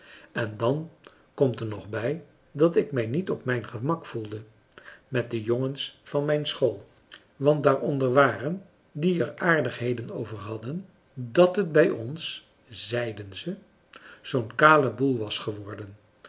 en dan komt er nog bij dat ik mij niet op mijn gemak voelde met de jongens van mijn school want daaronder waren die er aardigheden over hadden dat het bij ons zeiden ze zoo'n kale boel was geworden